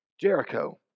Jericho